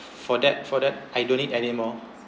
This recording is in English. for that for that I don't need anymore